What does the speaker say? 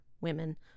women